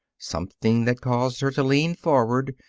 something that caused her to lean forward,